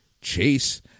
Chase